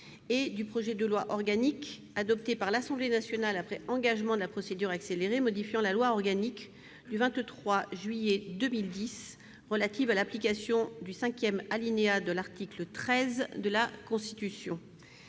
et du projet de loi organique, adopté par l'Assemblée nationale après engagement de la procédure accélérée, modifiant la loi organique n° 2010-837 du 23 juillet 2010 relative à l'application du cinquième alinéa de l'article 13 de la Constitution